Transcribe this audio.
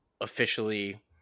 officially